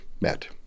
Met